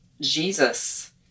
Jesus